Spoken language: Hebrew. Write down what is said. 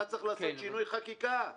אתה צריך לעשות שינוי חקיקה.